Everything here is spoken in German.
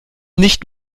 nicht